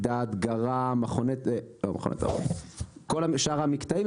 הדגרה וכל שאר המקטעים,